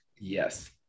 Yes